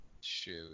Shoot